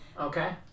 Okay